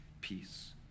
peace